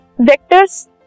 Vectors